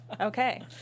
okay